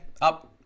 up